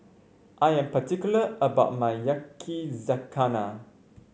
I am particular about my Yakizakana